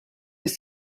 les